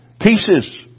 pieces